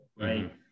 right